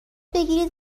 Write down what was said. بگیرید